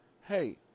hey